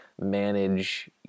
manage